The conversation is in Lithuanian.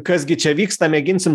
kas gi čia vyksta mėginsim